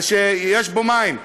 ושיש בו מים,